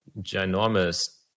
ginormous